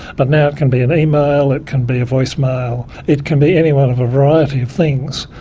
but now it can be an email, it can be a voicemail, it can be any one of a variety of things,